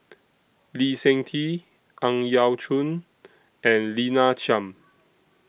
Lee Seng Tee Ang Yau Choon and Lina Chiam